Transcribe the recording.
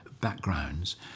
backgrounds